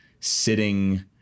sitting